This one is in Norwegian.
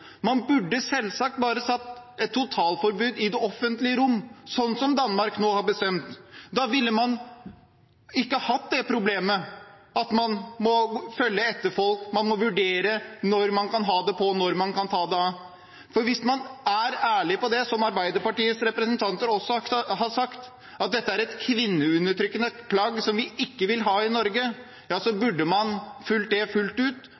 Man burde selvsagt bare vedtatt et totalforbud i det offentlige rom, sånn som Danmark nå har gjort. Da ville man ikke hatt det problemet at man må følge etter folk. Man må vurdere når man kan ha det på, og når man kan ta det av. Hvis man var ærlig om, som Arbeiderpartiets representanter også har sagt, at dette er et kvinneundertrykkende plagg, som vi ikke vil ha i Norge, burde man ha fulgt opp Fremskrittspartiets forslag fullt ut